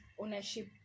ownership